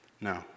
No